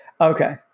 okay